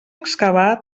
excavar